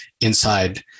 inside